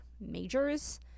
majors